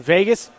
Vegas